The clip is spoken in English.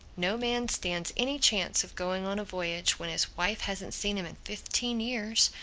no man stands any chance of going on a voyage when his wife hasn't seen him in fifteen years.